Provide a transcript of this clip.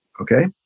Okay